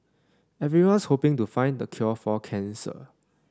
everyone's hoping to find the cure for cancer